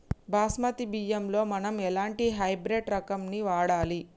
బాస్మతి బియ్యంలో మనం ఎలాంటి హైబ్రిడ్ రకం ని వాడాలి?